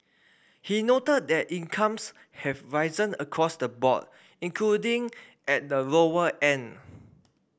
he noted that incomes have risen across the board including at the lower end